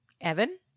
Evan